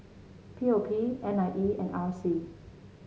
P O P N I E and R C